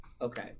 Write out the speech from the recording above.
okay